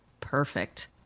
perfect